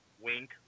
Wink